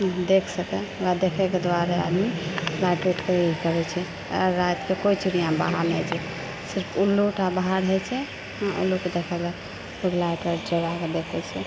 देखि सकए ओकरा देखएके दुआरे आदमी रातियोके ई करए छै आर रातिके कोइ चिड़िया बाहर नहि रहैत छै सिर्फ उल्लू टा बाहर रहैत छै उल्लूके देखए लए लाइट वाइट जराके देखैत छै